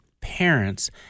parents